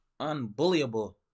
unbullyable